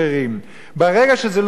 ברגע שזה לא יהיה חובה,